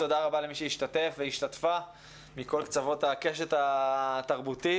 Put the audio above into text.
תודה רבה למי שהשתתף והשתתפה מכל קצוות הקשת התרבותית,